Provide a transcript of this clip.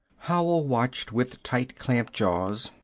howell watched with tight-clamped jaws.